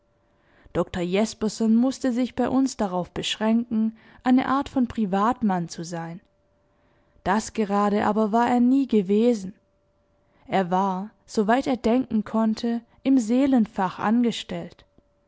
dr jespersen mußte sich bei uns darauf beschränken eine art von privatmann zu sein das gerade aber war er nie gewesen er war soweit er denken konnte im seelenfach angestellt